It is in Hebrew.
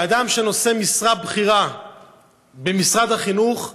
של אדם שנושא משרה בכירה במשרד החינוך,